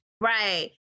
Right